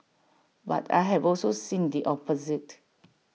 but I have also seen the opposite